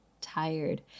Tired